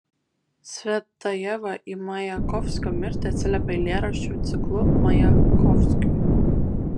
cvetajeva į majakovskio mirtį atsiliepė eilėraščių ciklu majakovskiui